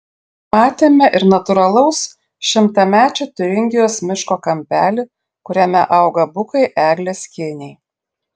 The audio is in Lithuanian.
matėme ir natūralaus šimtamečio tiuringijos miško kampelį kuriame auga bukai eglės kėniai